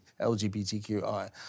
LGBTQI